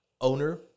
owner